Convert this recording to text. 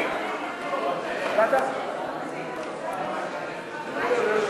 ההצעה להעביר